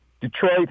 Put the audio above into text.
Detroit